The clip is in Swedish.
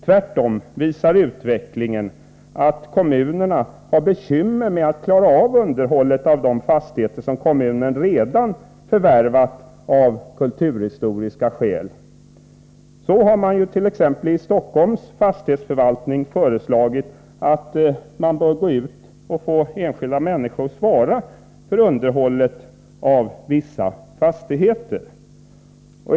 Tvärtom visar utvecklingen att kommunerna har bekymmer när det gäller att klara av underhållet av de fastigheter som kommunen i fråga redan förvärvat av kulturhistoriska skäl. Stockholms fastighetsförvaltning t.ex. har föreslagit att man bör gå ut och försöka få enskilda människor att svara för underhållet av vissa fastigheter.